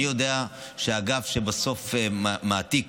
אני יודע שבאגף שבסוף מעתיק,